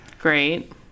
Great